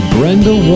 Brenda